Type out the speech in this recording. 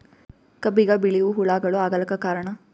ಕಬ್ಬಿಗ ಬಿಳಿವು ಹುಳಾಗಳು ಆಗಲಕ್ಕ ಕಾರಣ?